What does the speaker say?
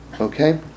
Okay